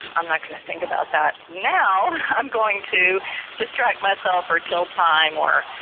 i'm not going to think about that now i'm going to distract myself or kill time or,